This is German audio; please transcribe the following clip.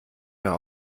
mehr